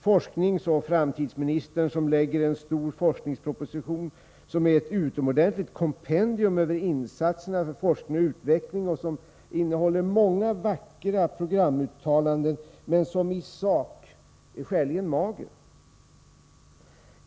Forskningsoch framtidsministern, som lägger en stor forskningsproposition som är ett utomordentligt kompendium över insatserna för forskning och utveckling och som innehåller många vackra uttalanden men som i sak är skäligen mager.